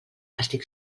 estic